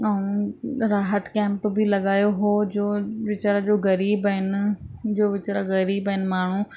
ऐं राहत कैंप बि लॻायो हुओ जो वीचारा जो गरीबु आहिनि जो वीचारा गरीबु आहिनि माण्हू